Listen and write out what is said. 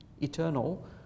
Eternal